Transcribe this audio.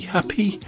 Happy